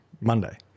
Monday